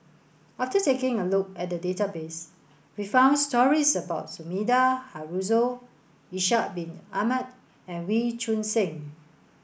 after taking a look at the database we found stories about Sumida Haruzo Ishak bin Ahmad and Wee Choon Seng